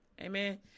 Amen